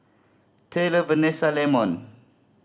Taylor Venessa Leamon